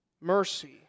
mercy